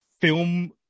film